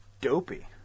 Dopey